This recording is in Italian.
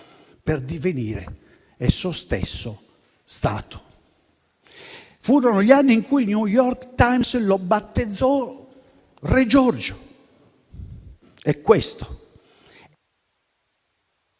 per divenire egli stesso Stato. Furono gli anni in cui «The New York Times» lo battezzò re Giorgio. È questo